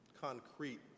concrete